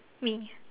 me